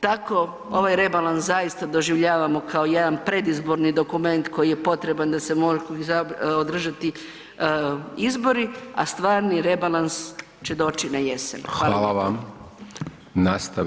Tako ovaj rebalans zaista doživljavamo kao jedan predizborni dokument koji je potreban da se mogu održati izbori, a stvarni rebalans će doći na jesen.